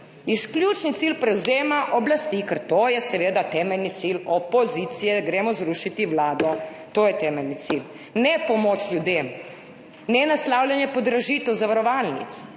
izključni cilj je prevzem oblasti, ker je to seveda temeljni cilj opozicije. Gremo zrušit vlado, to je temeljni cilj, ne pomoč ljudem, ne naslavljanje podražitev zavarovalnic.